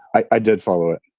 i did follow it.